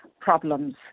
problems